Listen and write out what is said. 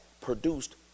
produced